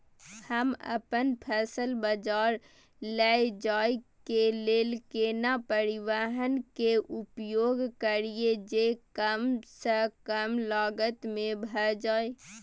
हम अपन फसल बाजार लैय जाय के लेल केना परिवहन के उपयोग करिये जे कम स कम लागत में भ जाय?